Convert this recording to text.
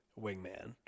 wingman